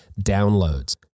downloads